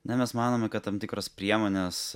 na mes manome kad tam tikros priemonės